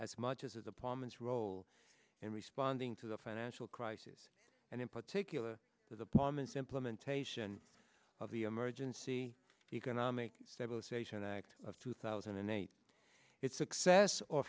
as much as apartments role in responding to the financial crisis and in particular with apartments implementation of the emergency economic stabilization act of two thousand and eight its success or